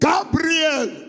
Gabriel